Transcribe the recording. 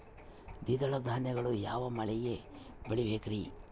ದ್ವಿದಳ ಧಾನ್ಯಗಳನ್ನು ಯಾವ ಮಳೆಗೆ ಬೆಳಿಬೇಕ್ರಿ?